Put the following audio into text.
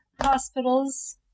hospitals